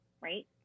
right